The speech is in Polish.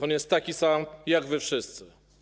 On jest taki sam jak wy wszyscy.